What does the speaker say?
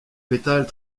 pétales